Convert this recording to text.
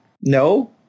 No